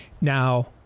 Now